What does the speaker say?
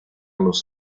los